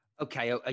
Okay